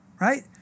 Right